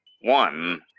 one